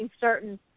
certain